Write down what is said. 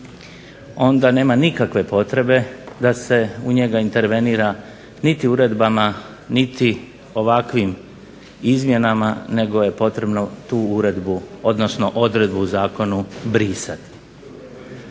onda nema nikakve potrebe da se u njega intervenira niti uredbama niti ovakvim izmjenama, nego je potrebnu tu odredbu u zakonu brisati.